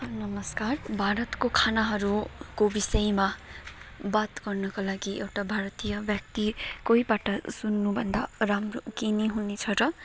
नमस्कार भारतको खानाहरूको विषयमा बात गर्नको लागि एउटा भारतीय व्यक्ति कोहीबाट सुन्नु भन्दा राम्रो के नि हुने छ र